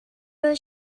was